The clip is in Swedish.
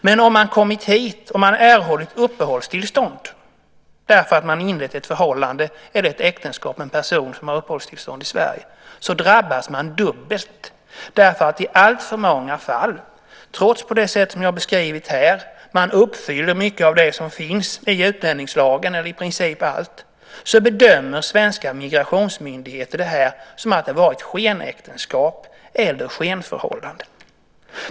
Men om man kommit hit och erhållit uppehållstillstånd därför att man inlett ett förhållande eller ett äktenskap med en person som har uppehållstillstånd i Sverige drabbas man dubbelt. I alltför många fall, trots att man på det sätt jag beskrivit här uppfyller mycket eller i princip allt av det som sägs i utlänningslagen, bedömer nämligen svenska migrationsmyndigheter detta som att det har varit ett skenäktenskap eller ett skenförhållande.